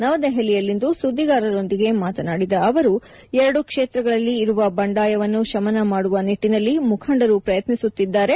ನವದೆಹಲಿಯಲ್ಲಿಂದು ಸುದ್ದಿಗಾರರೊಂದಿಗೆ ಮಾತನಾಡಿದ ಅವರು ಎರಡು ಕ್ಷೇತ್ರಗಳಲ್ಲಿ ಇರುವ ಬಂಡಾಯವನ್ನು ಶಮನ ಮಾಡುವ ನಿಟ್ಟಿನಲ್ಲಿ ಮುಖಂಡರು ಪ್ರಯತ್ನಿಸುತ್ತಿದ್ದಾರೆ